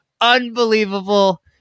unbelievable